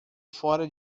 fora